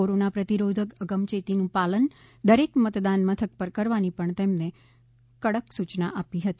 corona પ્રતિરોધક અગમચેતીનું પાલન દરેક મતદાનમથક પર કરવાની પણ તેમણે કડક સૂચના આપી હતી